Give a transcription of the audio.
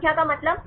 संख्या का मतलब